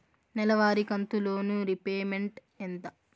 నెలవారి కంతు loan repayment ఎంత?